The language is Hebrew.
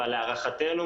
אבל להערכתנו,